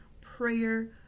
Prayer